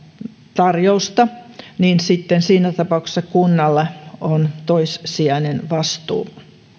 tarjousta niin sitten siinä tapauksessa kunnalla on toissijainen vastuu